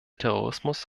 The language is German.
terrorismus